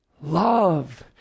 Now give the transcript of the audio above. love